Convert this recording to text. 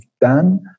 done